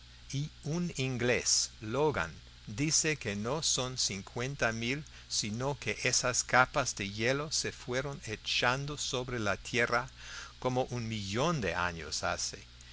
y un inglés logan dice que no son cincuenta mil sino que esas capas de hielo se fueron echando sobre la tierra como un millón de años hace